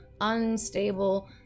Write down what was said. unstable